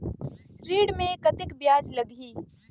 ऋण मे कतेक ब्याज लगही?